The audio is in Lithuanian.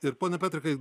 ir pone petrikai